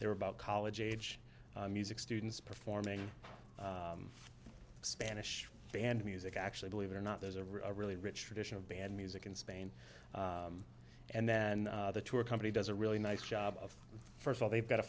there about college age music students performing spanish band music actually believe it or not there's a really rich tradition of band music in spain and then the tour company does a really nice job of first all they've got to